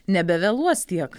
nebevėluos tiek